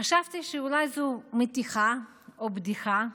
חשבתי שאולי זו מתיחה או בדיחה,